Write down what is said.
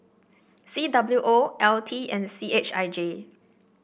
C W O L T and C H I J